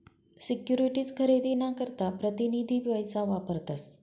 securities खरेदी ना करता प्रतीनिधी पैसा वापरतस